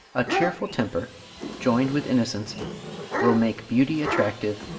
a cheerful temper joined with innocence will make beauty attractive,